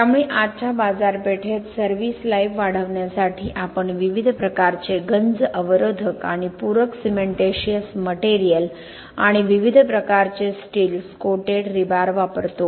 त्यामुळे आजच्या बाजारपेठेत सर्व्हिस लाईफ वाढवण्यासाठी आपण विविध प्रकारचे गंज अवरोधक आणि पूरक सिमेंटीशिअस मटेरियल आणि विविध प्रकारचे स्टील्स कोटेड रीबार वापरतो